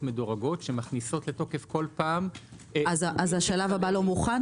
מדורגות שמכניסות לתוקף כל פעם סלי מידע.